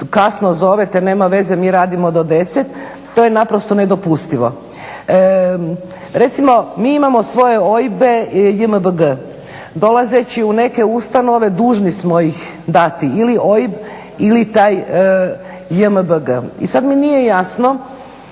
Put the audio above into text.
Kasno zovete, nema veze mi radimo do 10 to je naprosto nedopustivo. Recimo mi imamo svoje OIB-e, JMBG. Dolazeći u neke ustanove dužni smo ih dati ili OIB ili taj JMBG. I sad mi nije jasno